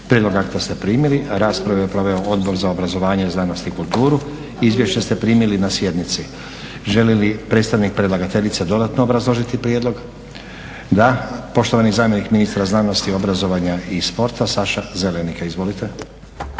Prijedlog akta ste primili a raspravu je proveo Odbor za obrazovanje, znanost i kulturu. Izvješća ste primili na sjednici. Želi li predstavnik predlagateljice dodatno obrazložiti prijedlog? Da. Poštovani zamjenik ministra znanosti i obrazovanje i sporta Saša Zelenika. Izvolite.